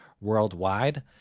worldwide